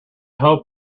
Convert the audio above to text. hoped